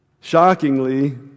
Shockingly